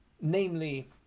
namely